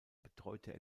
betreute